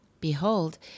Behold